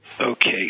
Okay